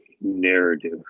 narrative